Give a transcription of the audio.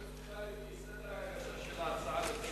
זה מסודר לפי סדר ההגשה של ההצעה לסדר-היום.